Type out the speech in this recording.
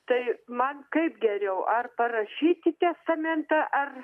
tai man kaip geriau ar parašyti testamentą ar